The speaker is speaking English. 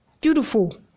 Beautiful